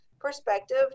perspective